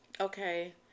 Okay